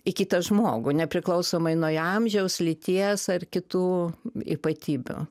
į kitą žmogų nepriklausomai nuo amžiaus lyties ar kitų ypatybių